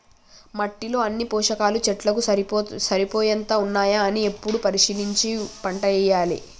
మట్టిలో అన్ని పోషకాలు చెట్లకు సరిపోయేంత ఉన్నాయా అని ఎప్పుడు పరిశీలించి పంటేయాలే